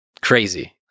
crazy